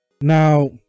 Now